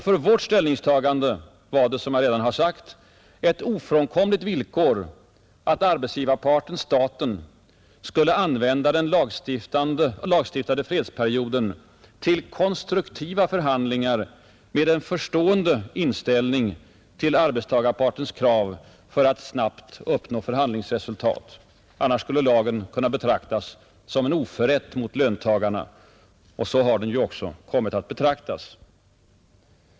För vårt ställningstagande var det, som jag redan sagt, ett ofrånkomligt villkor att arbetsgivarparten-staten skulle använda den lagstiftade fredsperioden till konstruktiva förhandlingar med en förstående inställning till arbetstagarpartens krav i syfte att snabbt uppnå förhandlingsresultat. Annars skulle lagen innebära en klar oförrätt mot löntagarna, och så har den ju också kommit att betraktas.